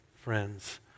Friends